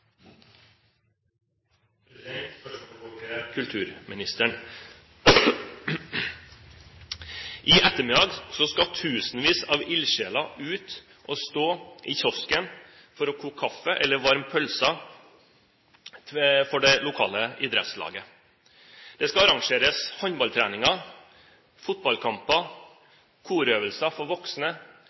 ut og stå i kiosken for å koke kaffe eller varme pølser for det lokale idrettslaget. Det skal arrangeres håndballtreninger, fotballkamper, korøvelser for voksne,